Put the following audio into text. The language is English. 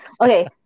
Okay